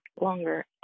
longer